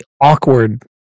awkward